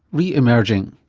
re-emerging.